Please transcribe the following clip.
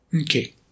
Okay